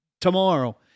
tomorrow